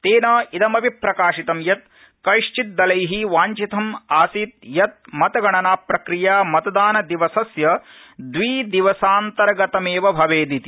तेन इदमपि प्रकाशितं यत् कांश्रित दला ब्रांछितं आसीत यत् मतगणना प्रक्रिया मतदानदिवसस्य द्विदिवसान्तर्गतमेव भवेदिति